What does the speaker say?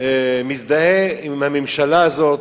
מזדהה עם הממשלה הזאת,